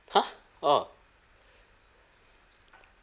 !huh! orh